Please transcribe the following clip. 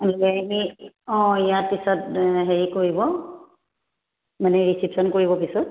অঁ ইয়াৰ পিছত হেৰি কৰিব মানে ৰিচেপশ্যন কৰিব পিছত